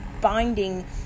binding